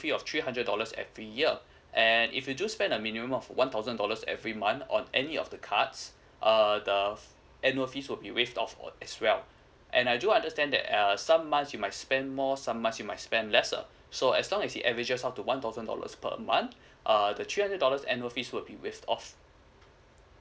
fee of three hundred dollars every year and if you do spend a minimum of one thousand dollars every month on any of the cards uh the annual fees will be waived off as well and I do understand that uh some months you might spend more some months you might spend lesser so as long as it averages out to one thousand dollars per month uh the three hundred dollars annual fee will be waived off